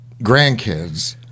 grandkids